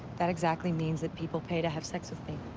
that exactly means that people pay to have sex with me.